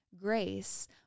grace